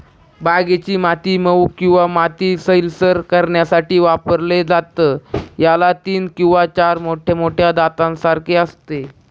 बागेची माती मऊ किंवा माती सैलसर करण्यासाठी वापरलं जातं, याला तीन किंवा चार मोठ्या मोठ्या दातांसारखे असते